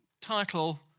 title